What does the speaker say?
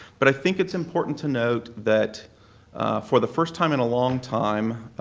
but i think it's important to note that for the first time in a long time,